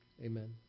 Amen